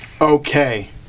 Okay